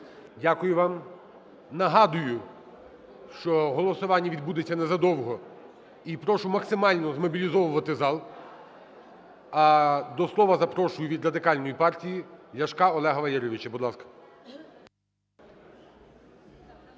Дякую вам. Нагадую, що голосування відбудеться незадовго і прошу максимально змобілізовувати зал. А до слова запрошую від Радикальної партії Ляшка Олега Валерійовича.